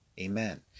Amen